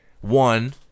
one